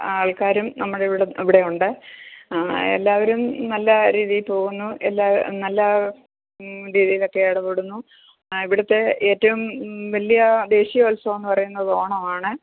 ആൾക്കാരും നമ്മുടെ ഇവിടെ ഇവിടെ ഉണ്ട് എല്ലാവരും നല്ല രീതി പോകുന്നു എല്ലാ നല്ല രീതിയിലൊക്കെ ഇടപെടുന്നു ഇവിടുത്തെ ഏറ്റവും വലിയ ദേശീയോത്സവം എന്ന് പറയുന്നത് ഓണമാണ്